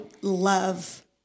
love